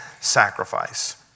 sacrifice